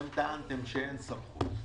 אתם טענתם שאין סמכות.